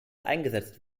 eingesetzt